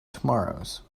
tomorrows